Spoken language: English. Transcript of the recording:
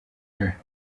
her